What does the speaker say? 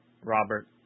Robert